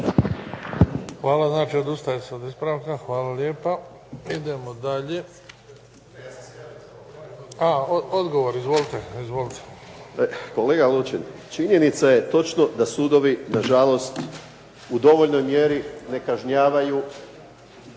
Hvala. Znači odustaje se od ispravka? Hvala lijepa. Idemo dalje. A odgovor, izvolite. **Kunst, Boris (HDZ)** Kolega Lučin, činjenica je točno da sudovi nažalost u dovoljnoj mjeri ne kažnjavaju